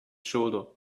shoulder